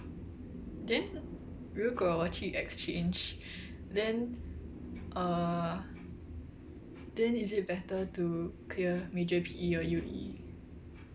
then 如果我去 exchange then err then is it better to clear major P_E or U_E